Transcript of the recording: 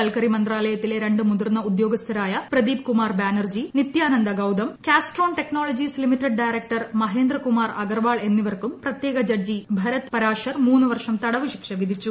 കൽക്കരി മന്ത്രാലയത്തിലെ രണ്ട് മുതിർന്ന ഉദ്യോഗസ്ഥരായ പ്രദീപ് കുമാർ ബാനർജി നിത്യാനന്ദഗൌതം കാസ്ട്രോൺ ലിമിറ്റഡ് ഡയറക്ടർ മഹേന്ദ്ര കുമാർ അഗ്ർവാൾ എന്നിവർക്കും പ്രത്യേക ജഡ്ജി ഭരത് പരാശ്ശർ മൂന്ന് വർഷം തടവുശിക്ഷ വിധിച്ചു